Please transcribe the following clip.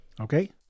Okay